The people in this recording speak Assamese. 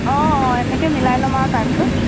অঁ অঁ এনেকৈ মিলাই ল'ম আৰু টাইমটো